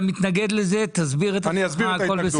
אתה מתנגד לזה, תסביר את ההתנגדות.